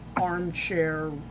armchair